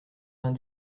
vingt